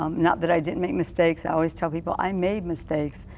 um not that i didn't make mistakes. i always tell people i made mistakes.